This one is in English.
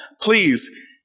Please